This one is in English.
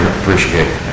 appreciate